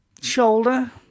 shoulder